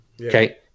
Okay